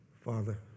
Father